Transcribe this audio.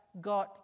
God